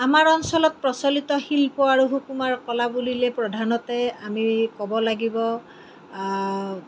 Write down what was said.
আমাৰ অঞ্চলত প্ৰচলিত শিল্প আৰু সুকুমাৰ কলা বুলিলে প্ৰধানতে আমি ক'ব লাগিব